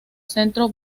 centro